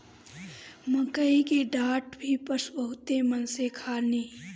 मकई के डाठ भी पशु बहुते मन से खाने